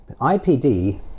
IPD